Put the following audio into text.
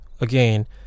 again